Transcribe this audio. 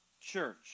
Church